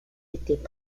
étaient